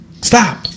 stop